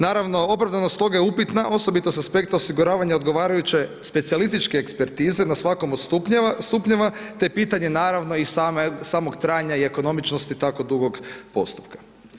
Naravno opravdanost toga je upitna osobito sa aspekta osiguravanja odgovarajuće specijalističke ekspertize na svakom od stupnjeva te pitanje naravno i samog trajanja i ekonomičnosti tako dugog postupka.